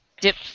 dip